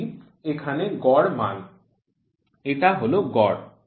এটা এখানে গড় মান এটা হল গড়